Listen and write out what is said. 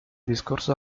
discorso